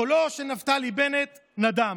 קולו של נפתלי בנט נדם.